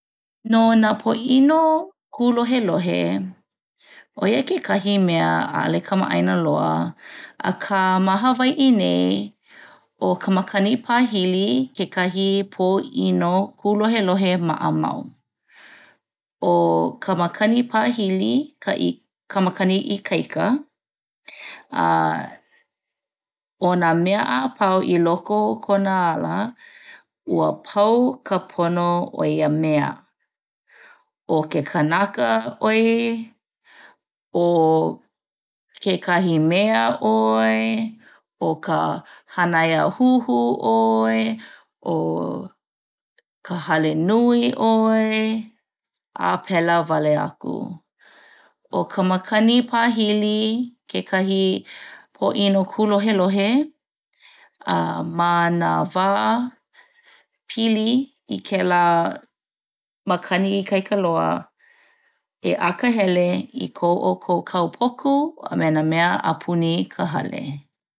No nā pōʻino kūlohelohe ʻo ia kekahi mea ʻaʻole kamaʻaina loa, akā ma Hawaiʻi nei ʻo ka makani pāhili kekahi pōʻino kūlohelohe maʻamau. ʻO ka makani pāhili ka i ka makani ikaika uhh ʻo nā mea a pau i loko o kona ala ua pau ka pono o ia mea; ʻo ke kanaka ʻoe ʻo kekahi mea ʻoe, ʻo ka hānaiahuhu ʻoe, ʻo ka hale nui ʻoe a pēlā wale aku. ʻO ka makani pāhili kekahi pōʻino kūlohelohe uuhh ma nā wā pili i kēlā makani ikaika loa e akahele i ko ʻoukou kaupoku a me nā mea a puni ka hale.